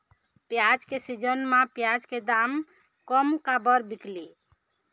प्याज के सीजन म प्याज के दाम कम काबर बिकेल?